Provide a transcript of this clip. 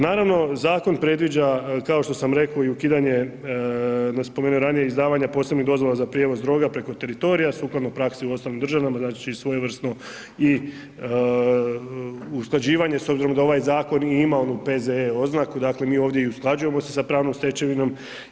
Naravno, zakon predviđa kao što sam reko i ukidanje, spomenuo ranije izdavanja posebnih dozvola za prijevoz droga preko teritorija sukladno praksi u ostalim državama, znači i svojevrsnu i usklađivanje s obzirom da ovaj zakon i ima onu P.Z.E oznaku, dakle mi ovdje i usklađujemo se sa pravnom stečevinom.